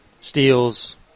steals